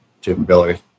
capability